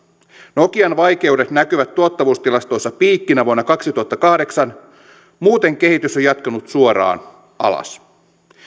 nokian vaikeudet näkyvät tuottavuustilastoissa piikkinä vuonna kaksituhattakahdeksan muuten kehitys on jatkunut suoraan alas